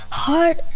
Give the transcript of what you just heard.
hard